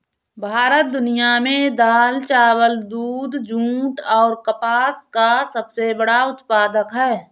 भारत दुनिया में दाल, चावल, दूध, जूट और कपास का सबसे बड़ा उत्पादक है